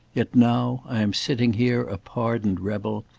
yet now i am sitting here a pardoned rebel,